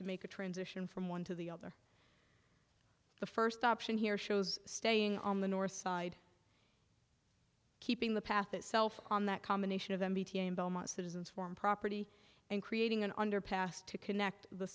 to make a transition from one to the other the first option here shows staying on the north side keeping the path itself on that combination of the citizens form property and creating an underpass to connect the